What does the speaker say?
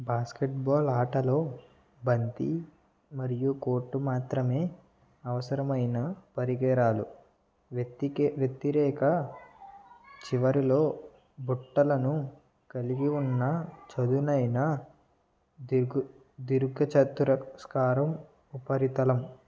basket ball ఆటలో బంతి మరియు కోర్టు మాత్రమే అవసరమైన పరికరాలు వెత్తికే వెత్తిరేక చివరిలో బుట్టలను కలిగి ఉన్న చదునైన దిగు దీర్ఘచతురస్కారం ఉపరితలం